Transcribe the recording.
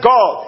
God